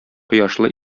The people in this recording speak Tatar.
кояшлы